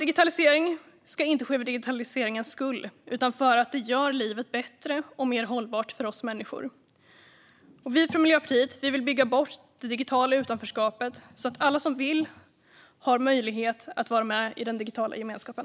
Digitalisering ska inte ske för digitaliseringens egen skull utan därför att den gör livet bättre och mer hållbart för oss människor. Vi i Miljöpartiet vill bygga bort det digitala utanförskapet så att alla som vill får möjlighet att vara med i den digitala gemenskapen.